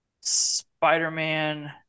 spider-man